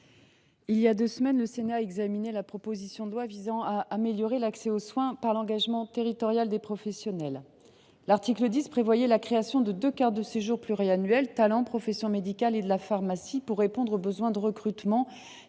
Il y a deux semaines, le Sénat examinait la proposition de loi visant à améliorer l’accès aux soins par l’engagement territorial des professionnels. Son article 10 prévoyait la création de deux cartes de séjour pluriannuelles portant la mention « talent professions médicales et de la pharmacie » pour répondre aux besoins de recrutement